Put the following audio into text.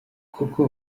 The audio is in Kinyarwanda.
koko